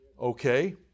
Okay